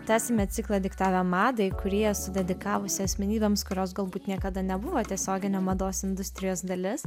tęsiame ciklą diktavę madai kurį esu dedikavusi asmenybėms kurios galbūt niekada nebuvo tiesioginio mados industrijos dalis